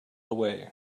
away